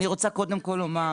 אני רוצה קודם כל לומר,